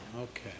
okay